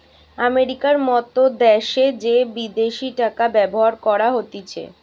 আমেরিকার মত দ্যাশে যে বিদেশি টাকা ব্যবহার করা হতিছে